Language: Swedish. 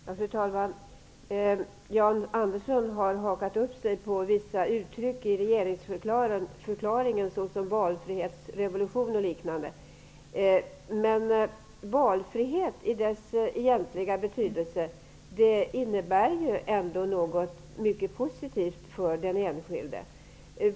Fru talman! Jan Andersson har hakat upp sig på vissa uttryck i regeringsförklaringen, såsom valfrihetsrevolution m.m. Valfrihet, i dess egentliga betydelse, innebär något mycket positivt för den enskilde.